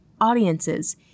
audiences